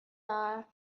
are